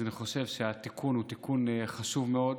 אני חושב שהתיקון הוא תיקון חשוב מאוד,